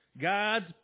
God's